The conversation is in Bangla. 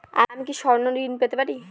আমি কি স্বর্ণ ঋণ পেতে পারি?